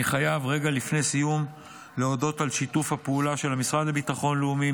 אני חייב רגע לפני סיום להודות על שיתוף הפעולה של המשרד לביטחון לאומי,